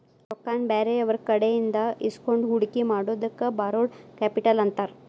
ರೊಕ್ಕಾನ ಬ್ಯಾರೆಯವ್ರಕಡೆಇಂದಾ ಇಸ್ಕೊಂಡ್ ಹೂಡ್ಕಿ ಮಾಡೊದಕ್ಕ ಬಾರೊಡ್ ಕ್ಯಾಪಿಟಲ್ ಅಂತಾರ